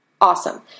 Awesome